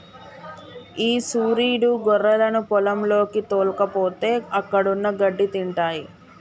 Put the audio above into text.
ఈ సురీడు గొర్రెలను పొలంలోకి తోల్కపోతే అక్కడున్న గడ్డి తింటాయి